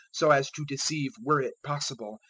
so as to deceive, were it possible,